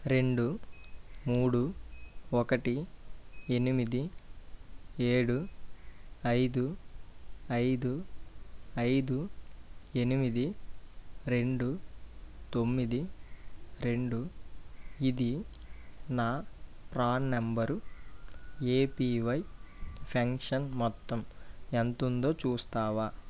రెండు మూడు ఒకటి ఎనిమిది ఏడు ఐదు ఐదు ఐదు ఎనిమిది రెండు తొమ్మిది రెండు ఇది నా ప్రాన్ నెంబరు ఏపీవై పెన్షన్ మొత్తం ఎంత ఉందో చూస్తావా